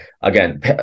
again